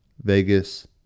Vegas